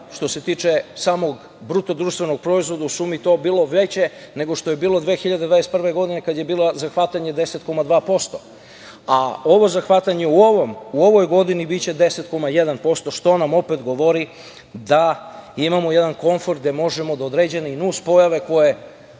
što se tiče samog BDP, u sumi to bilo veće nego što je bilo 2021. godine kada je bilo zahvatanje 10,2%.Ovo zahvatanje u ovoj godini biće 10,1% što nam opet govori da imamo jedan konfor gde možemo da određene nuns pojave koje